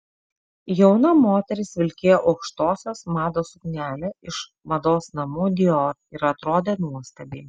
jauna moteris vilkėjo aukštosios mados suknelę iš mados namų dior ir atrodė nuostabiai